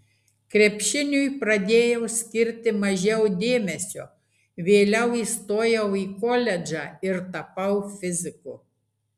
krepšiniui pradėjau skirti mažiau dėmesio vėliau įstojau į koledžą ir tapau fiziku